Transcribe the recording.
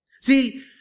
See